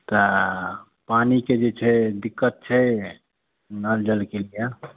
तऽ पानिके जे छै दिक्कत छै नल जल केलिया